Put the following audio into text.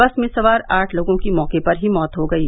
बस में सवार आठ लोगों की मौके पर ही मौत हो गयी